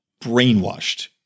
brainwashed